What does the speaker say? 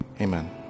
Amen